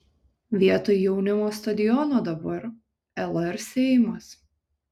vietoj jaunimo stadiono dabar lr seimas